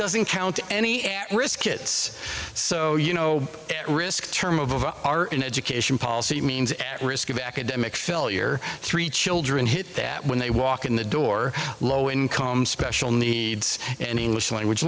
doesn't count any at risk kids so you know at risk term of our education policy it means at risk of academic failure three children hit that when they walk in the door low income special needs and english language